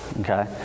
okay